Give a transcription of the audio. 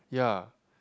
ya